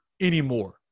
anymore